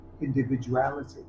individuality